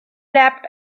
leapt